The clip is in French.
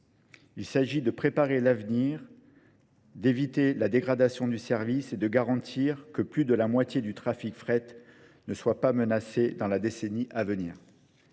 Il s'agit de préparer l'avenir d'éviter la dégradation du service et de garantir que plus de la moitié du trafic fret ne soit pas menacée dans la décennie à venir.